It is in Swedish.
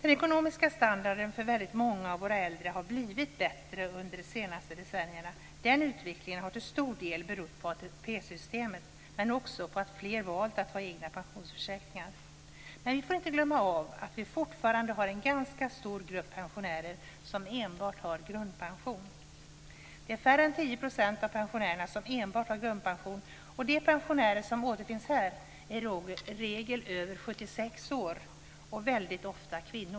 Den ekonomiska standarden för väldigt många av våra äldre har blivit bättre under de senaste decennierna. Den utvecklingen har till stor del berott på ATP-systemet men också på att fler valt att ha egna pensionsförsäkringar. Men vi får inte glömma att vi fortfarande har en ganska stor grupp pensionärer som har enbart grundpension. Nästan 10 % av pensionärerna har enbart grundpension.